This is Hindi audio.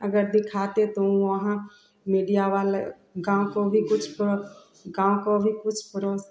अगर दिखाते तो वह वहाँ मीडिया वाले गाँव को भी कुछ गाँव को भी कुछ पड़ोस